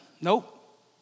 Nope